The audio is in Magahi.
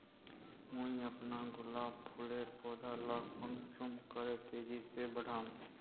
मुई अपना गुलाब फूलेर पौधा ला कुंसम करे तेजी से बढ़ाम?